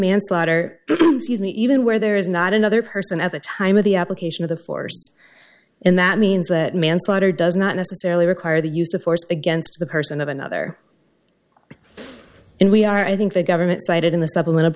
manslaughter season even where there is not another person at the time of the application of the force and that means that manslaughter does not necessarily require the use of force against the person of another and we are i think the government cited in the